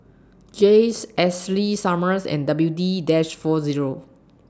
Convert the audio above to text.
Jays Ashley Summers and W D dash four Zero